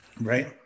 right